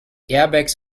airbags